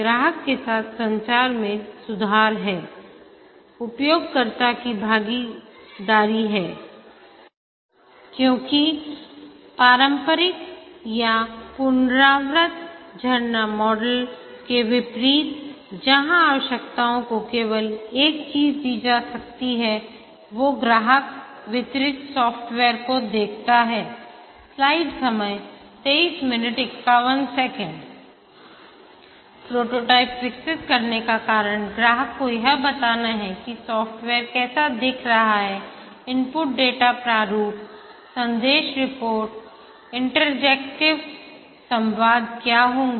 ग्राहक के साथ संचार में सुधार है उपयोगकर्ता की भागीदारी है क्योंकि शास्त्रीय या पुनरावृत्त झरना मॉडल के विपरीत जहां आवश्यकताओं को केवल एक चीज दी जाती है जो ग्राहक वितरित सॉफ़्टवेयर को देखता है प्रोटोटाइप विकसित करने का कारण ग्राहक को यह बताना है कि सॉफ्टवेयर कैसा दिख रहा हैइनपुट डेटा प्रारूप संदेश रिपोर्ट इंटरैक्टिव संवाद क्या होंगे